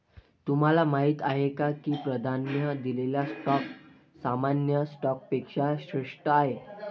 तुम्हाला माहीत आहे का की प्राधान्य दिलेला स्टॉक सामान्य स्टॉकपेक्षा श्रेष्ठ आहे?